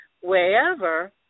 wherever